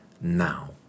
now